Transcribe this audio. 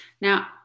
Now